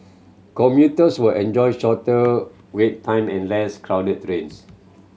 commuters will enjoy shorter wait time and less crowded trains